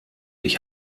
ich